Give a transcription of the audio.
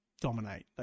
dominate